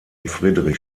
friedrich